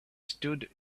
stood